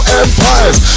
empires